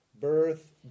birth